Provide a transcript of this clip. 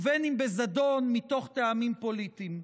ובין אם בזדון מתוך טעמים פוליטיים.